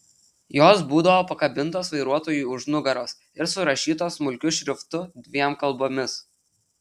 jos būdavo pakabintos vairuotojui už nugaros ir surašytos smulkiu šriftu dviem kalbomis